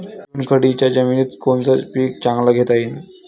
चुनखडीच्या जमीनीत कोनतं पीक चांगलं घेता येईन?